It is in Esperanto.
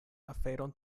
aferon